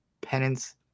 penance